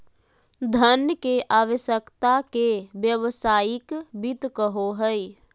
धन के आवश्यकता के व्यावसायिक वित्त कहो हइ